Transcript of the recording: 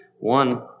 one